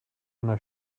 einer